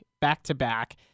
back-to-back